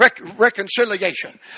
reconciliation